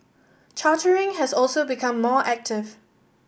chartering has also become more active